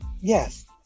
Yes